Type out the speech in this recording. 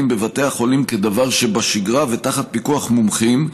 בבתי החולים כדבר שבשגרה ותחת פיקוח מומחים.